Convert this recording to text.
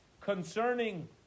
concerning